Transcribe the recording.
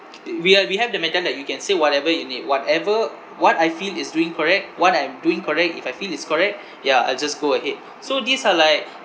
we uh we have the mental that you can say whatever you need whatever what I feel is doing correct what I'm doing correct if I feel is correct ya I'll just go ahead so these are like